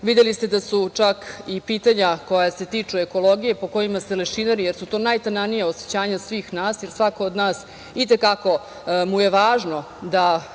Srbiju. Videli ste da su čak i pitanja koja se tiču ekologije po kojima se lešinari, jer su tu najtananija osećanja svih nas, jer svako od nas i te kako mu je važno da